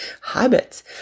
habits